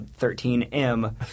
13M